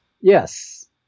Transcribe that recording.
Yes